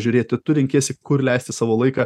žiūrėti tu renkiesi kur leisti savo laiką